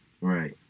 Right